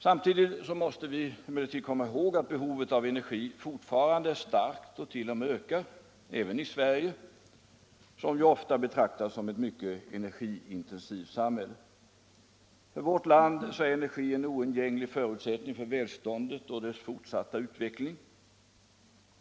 Samtidigt måste vi emellertid komma ihåg att behovet av energi fortfarande är starkt och t.o.m. ökar — även i Sverige, som ju ofta betraktas som ett energiintensivt samhälle. För vårt land är energi en oundgänglig förutsättning för välståndet och dess fortsatta utveckling.